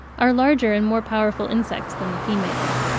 are larger and more powerful insects than the females.